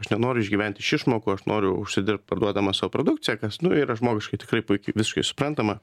aš nenoriu išgyvent iš išmokų aš noriu užsidirbt parduodamas savo produkciją kas nu yra žmogiškai tikrai puiki visiškai suprantama